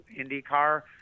IndyCar